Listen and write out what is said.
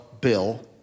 Bill